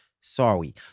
Sorry